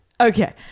Okay